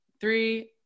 three